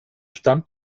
stand